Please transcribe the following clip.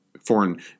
foreign